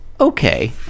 Okay